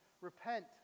repent